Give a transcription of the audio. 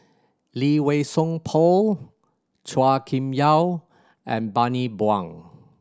Lee Wei Song Paul Chua Kim Yeow and Bani Buang